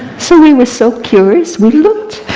so we were so curious, we looked.